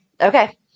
Okay